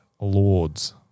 Lord's